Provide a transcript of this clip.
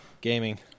gaming